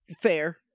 fair